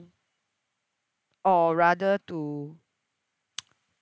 or rather to